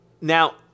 Now